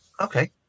Okay